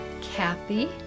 Kathy